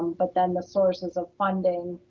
but then the sources of funding,